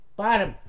bottom